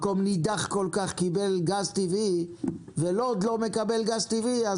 מקום נידח כל כך קיבל גז טבעי ולוד עדיין לא מקבלים גז טבעי,